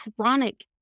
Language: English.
chronic